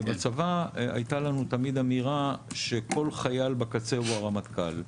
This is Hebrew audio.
ובצבא הייתה לנו תמיד אמירה שכל חייל בקצה הוא הרמטכ"ל.